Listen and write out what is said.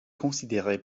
considérée